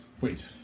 Wait